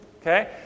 Okay